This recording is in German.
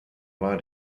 war